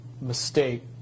mistake